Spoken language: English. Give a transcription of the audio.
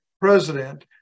president